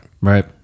right